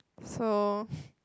so